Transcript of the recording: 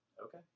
Okay